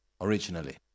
originally